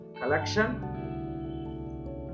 collection